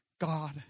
God